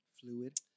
fluid